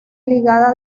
ligada